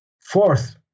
Fourth